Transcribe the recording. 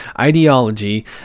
ideology